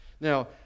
Now